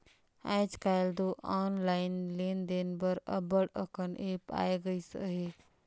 आएज काएल दो ऑनलाईन लेन देन बर अब्बड़ अकन ऐप आए गइस अहे